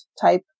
type